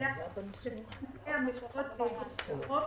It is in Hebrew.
בהתחייבויותיה לפי תנאי המילוות ואגרות החוב,